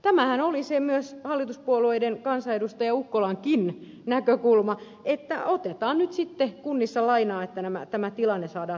tämähän oli se hallituspuolueiden kansanedustaja ukkolankin näkökulma että otetaan nyt sitten kunnissa lainaa että tämä tilanne saadaan tasapainotettua